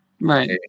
Right